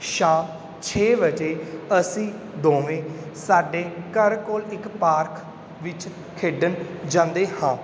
ਸ਼ਾਮ ਛੇ ਵਜੇ ਅਸੀਂ ਦੋਵੇਂ ਸਾਡੇ ਘਰ ਕੋਲ ਇੱਕ ਪਾਰਕ ਵਿੱਚ ਖੇਡਣ ਜਾਂਦੇ ਹਾਂ